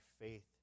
faith